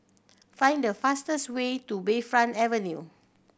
find the fastest way to Bayfront Avenue